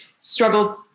struggled